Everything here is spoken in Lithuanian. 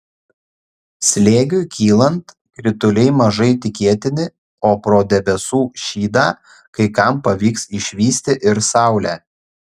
slėgiui kylant krituliai mažai tikėtini o pro debesų šydą kai kam pavyks išvysti ir saulę